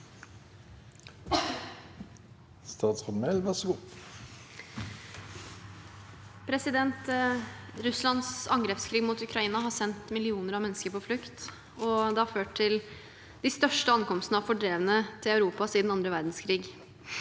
Russlands an- grepskrig mot Ukraina har sendt millioner av mennesker på flukt, og det har ført til de største ankomstene av fordrevne til Europa siden annen verdenskrig.